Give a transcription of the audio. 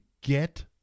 get